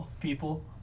people